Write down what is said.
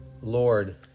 Lord